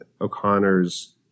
O'Connor's